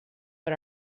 but